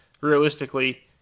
realistically